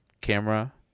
camera